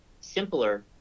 simpler